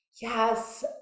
yes